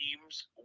teams